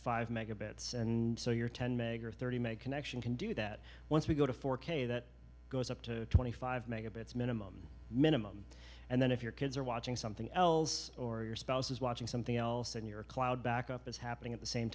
five megabits and so your ten meg or thirty make connection can do that once we go to four k that goes up to twenty five megabits minimum minimum and then if your kids are watching something else or your spouse is watching something else and your cloud backup is happening at the same